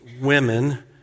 women